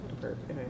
perfect